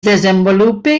desenvolupa